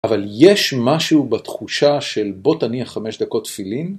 אבל יש משהו בתחושה של בוא תניח 5 דקות תפילין?